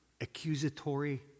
accusatory